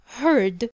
heard